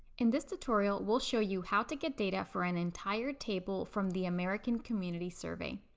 in this tutorial, we'll show you how to get data for an entire table from the american community survey.